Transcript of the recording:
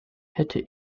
hätte